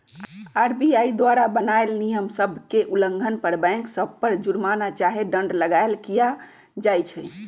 RBI द्वारा बनाएल नियम सभ के उल्लंघन पर बैंक सभ पर जुरमना चाहे दंड लगाएल किया जाइ छइ